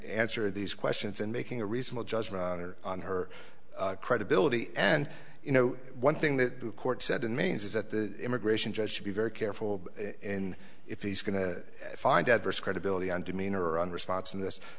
answer these questions and making a reasonable judgment on her credibility and you know one thing that the court said and means is that the immigration judge should be very careful in if he's going to find adverse credibility and demeanor and response